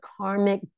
karmic